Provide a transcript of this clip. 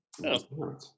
No